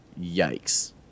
Yikes